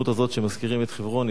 בהזדמנות הזאת שמזכירים את חברון,